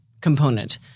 component